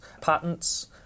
patents